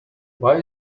why